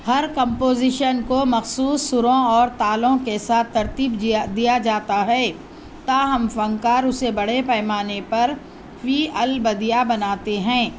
ہر composition کو مخصوص سروں اور تالوں کے ساتھ ترتیب دیا جاتا ہے تاہم فنکار اسے بڑے پیمانے پر فی البدیہہ بناتے ہیں